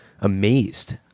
amazed